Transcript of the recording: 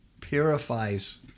purifies